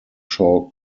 shaw